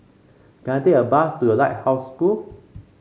can I take a bus to The Lighthouse School